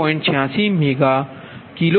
86 mega kilo calorie છે